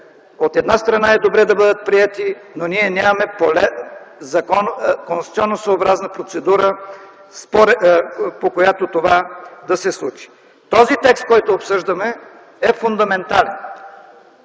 от една страна, е добре да бъдат приети, но ние нямаме поле - законосъобразна процедура, по която това да се случи. Текстът, който обсъждаме, е фундаментален,